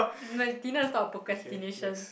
the dinner is not a procrastination